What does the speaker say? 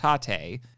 Tate